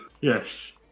Yes